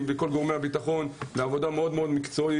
בכל גופי הביטחון שעושים עבודה מאוד מקצועית.